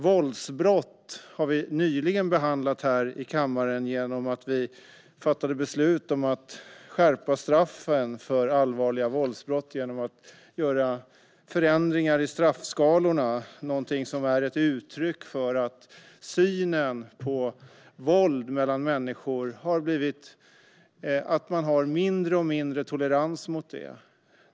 Våldsbrott har vi nyligen behandlat här i kammaren när vi fattade beslut om att skärpa straffen för allvarliga våldsbrott genom att göra förändringar i straffskalorna, någonting som är ett uttryck för att man har mindre och mindre tolerans mot våld mellan människor.